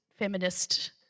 feminist